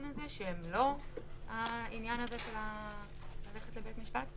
הזה שהן לא העניין הזה של הליכה לבית משפט?